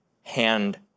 hand